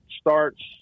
starts –